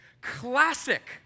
Classic